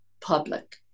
public